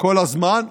כל הזמן,